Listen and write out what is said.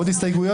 עוד הסתייגויות.